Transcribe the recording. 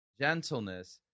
gentleness